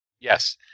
Yes